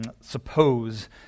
suppose